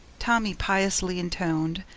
tommy piously intoned,